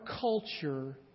culture